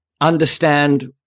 understand